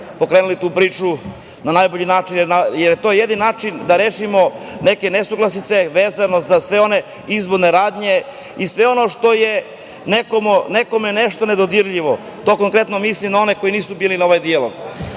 pokrenuli tu priču na najbolji način, jer to je jedini način da rešimo neke nesuglasice vezano za sve one izborne radnje i sve ono što je nekom nešto nedodirljivo. To konkretno mislim na one koji nisu bili na ovom dijalogu.